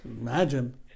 Imagine